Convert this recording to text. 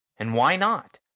and why not?